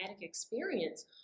experience